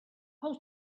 whole